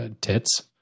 tits